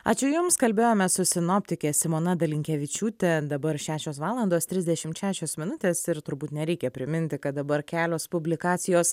ačiū jums kalbėjomės su sinoptike simona dalinkevičiūte dabar šešios valandos trisdešim šešios minutes ir turbūt nereikia priminti kad dabar kelios publikacijos